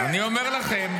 --- אני אומר לכם.